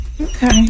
Okay